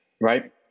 right